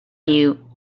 you